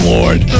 Lord